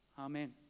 amen